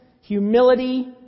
humility